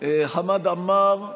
חמד עמאר,